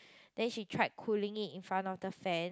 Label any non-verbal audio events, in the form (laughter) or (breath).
(breath) then she tried cooling it in front of the fan